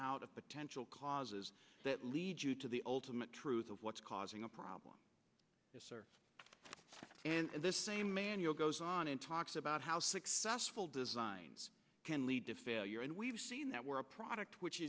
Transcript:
out a potential causes that lead you to the ultimate truth of what's causing a problem and this same manual goes on and talks about how successful designs can lead to failure and we've seen that were a product which